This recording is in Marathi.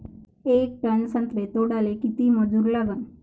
येक टन संत्रे तोडाले किती मजूर लागन?